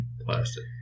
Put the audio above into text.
Plastic